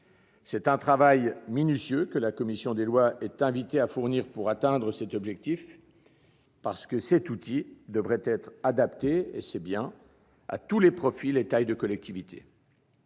C'est un travail minutieux que la commission des lois est invitée à fournir pour atteindre cet objectif. Ces outils devraient en effet être adaptés à tous les profils et tailles de collectivités.